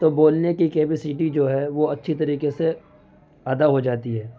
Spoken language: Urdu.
تو بولنے کی کیپاسٹی وہ اچھی طریقے سے ادا ہو جاتی ہے